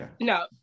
no